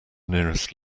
nearest